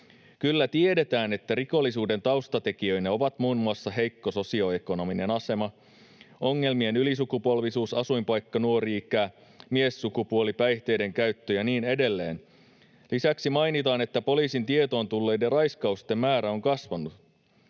kyllä tiedetään, että rikollisuuden taustatekijöinä ovat muun muassa heikko sosioekonominen asema, ongelmien ylisukupolvisuus, asuinpaikka, nuori ikä, miessukupuoli, päihteiden käyttö ja niin edelleen. Lisäksi mainitaan, että poliisin tietoon tulleiden raiskausten määrä on kasvanut.